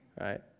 Right